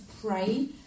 pray